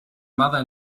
mother